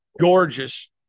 gorgeous